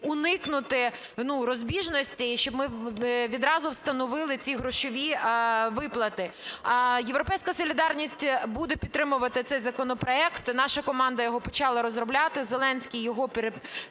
уникнути розбіжностей, щоб ми відразу встановили ці грошові виплати. "Європейська солідарність" буде підтримувати цей законопроект. Наша команда його почала розробляти, Зеленський його перереєстрував,